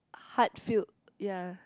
heart filled ya